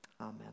amen